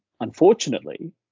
unfortunately